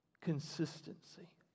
Consistency